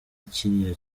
kiriya